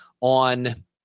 on